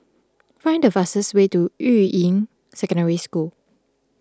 find the fastest way to Yuying Secondary School